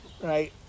right